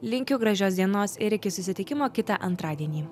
linkiu gražios dienos ir iki susitikimo kitą antradienį